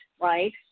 right